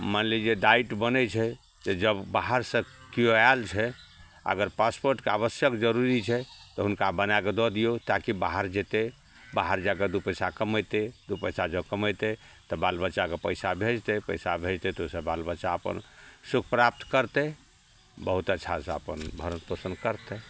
मान लीजिए दायित्व बनै छै तऽ जब बाहर से केओ आएल छै अगर पासपोर्टके आवश्यक जरूरी छै तऽ हुनका बनाए कऽ दऽ दियौ ताकि बाहर जेतै बाहर जाके दू पैसा कमैतै दू पैसा जब कमैतै तऽ बाल बच्चाके पैसा भेजतै पैसा भेजतै तऽ ओहिसँ बाल बच्चा अपन सुख प्राप्त करतै बहुत अच्छासँ अपन भरण पोषण करतै